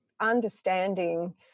understanding